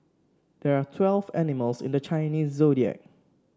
there are twelve animals in the Chinese Zodiac